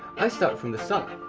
i start from the sum.